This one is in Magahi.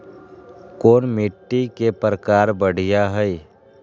कोन मिट्टी के प्रकार बढ़िया हई?